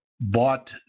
bought